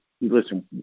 listen